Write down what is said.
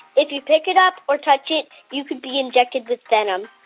if you pick it up or touch it, you could be injected with venom.